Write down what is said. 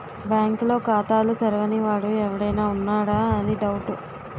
బాంకుల్లో ఖాతాలు తెరవని వాడు ఎవడైనా ఉన్నాడా అని డౌటు